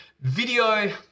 video